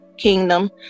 kingdom